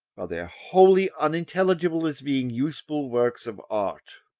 while they are wholly unintelligible as being useful works of art.